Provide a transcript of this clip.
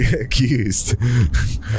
accused